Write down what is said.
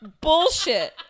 bullshit